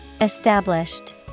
Established